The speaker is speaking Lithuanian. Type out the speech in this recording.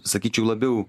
sakyčiau labiau